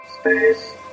Space